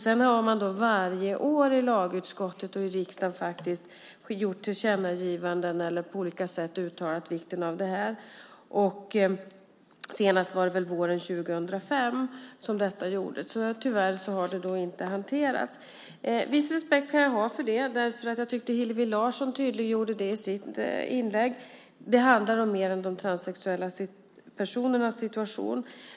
Sedan har man varje år i lagutskottet och i riksdagen gjort tillkännagivanden eller på olika sätt uttalat vikten av detta. Senast var det våren 2005. Tyvärr har det inte hanterats. Jag kan ha viss respekt för det. Hillevi Larsson tydliggjorde detta i sitt inlägg. Det handlar om mer än de transsexuella personernas situation.